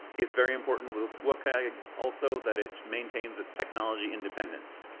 it's very important with with wcag also that it maintains its technology independence.